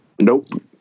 Nope